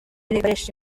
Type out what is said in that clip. bikoresha